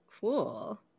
Cool